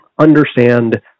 understand